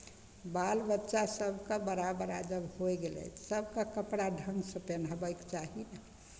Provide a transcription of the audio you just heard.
बाल बच्चा सभके बड़ा बड़ा जब होय गेलै सभके कपड़ा ढङ्गसँ पेन्हबैके चाही